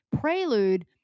prelude